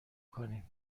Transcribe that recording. کنیم